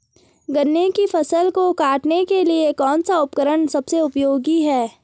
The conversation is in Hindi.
गन्ने की फसल को काटने के लिए कौन सा उपकरण सबसे उपयोगी है?